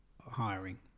hiring